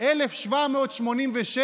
אולי יהיה רצון,